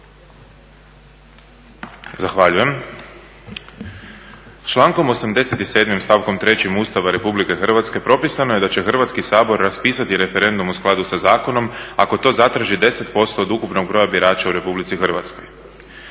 Zahvaljujem. Člankom 87. stavkom 3. Ustava Republike Hrvatske propisano je da će Hrvatski sabor raspisati referendum u skladu sa zakonom ako to zatraži 10% od ukupnog broja birača u Republici Hrvatskoj.